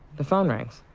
the phone rings.